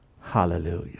Hallelujah